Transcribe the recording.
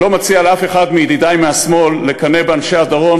אני לא מציע לאף אחד מידידי מהשמאל לקנא באנשי הדרום,